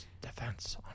defense